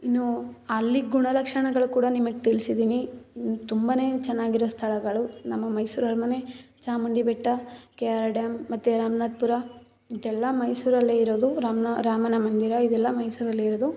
ಇನ್ನು ಅಲ್ಲಿ ಗುಣಲಕ್ಷಣಗಳು ಕೂಡ ನಿಮಗೆ ತಿಳಿಸಿದ್ದೀನಿ ತುಂಬ ಚೆನ್ನಾಗಿರೋ ಸ್ಥಳಗಳು ನಮ್ಮ ಮೈಸೂರು ಅರಮನೆ ಚಾಮುಂಡಿ ಬೆಟ್ಟ ಕೆ ಆರ್ ಡ್ಯಾಮ್ ಮತ್ತು ರಾಮನಾಥ್ಪುರ ಇದೆಲ್ಲ ಮೈಸೂರಲ್ಲೇ ಇರೋದು ರಾಮನ ರಾಮನ ಮಂದಿರ ಇದೆಲ್ಲ ಮೈಸೂರಲ್ಲೇ ಇರೋದು